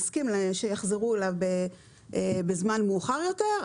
מסכים שיחזרו אליו בזמן מאוחר יותר,